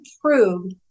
prove